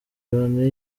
loni